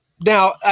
Now